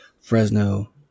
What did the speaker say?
Fresno